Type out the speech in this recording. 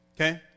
Okay